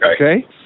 Okay